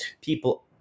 people –